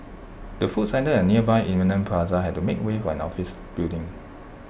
the food centre and nearby Eminent plaza had to make way for an office building